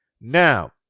Now